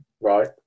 Right